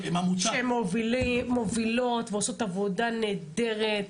שהם מובילות ועושות עבודה נהדרת.